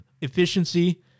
efficiency